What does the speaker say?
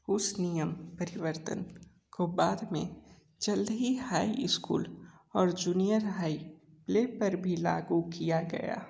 उस नियम परिवर्तन को बाद में जल्द ही हाई स्कूल और जूनियर हाई प्ले पर भी लागू किया गया